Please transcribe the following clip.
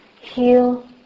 heal